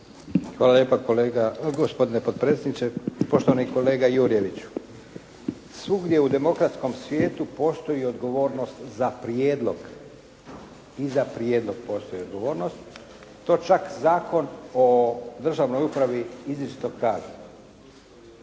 Hvala lijepa kolega, gospodine potpredsjedniče. Poštovani kolega Jurjeviću svugdje u demokratskom svijetu postoji odgovornost za prijedlog. I za prijedlog postoji odgovornost. To čak Zakon o državnoj upravi izričito kaže.